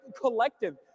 collective